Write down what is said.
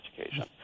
education